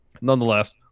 Nonetheless